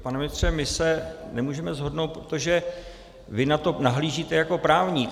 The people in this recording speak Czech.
Pane ministře, my se nemůžeme shodnout, protože vy na to nahlížíte jako právník.